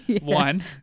one